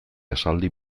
esaldi